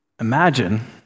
Imagine